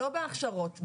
לא בהכשרות,